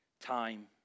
Time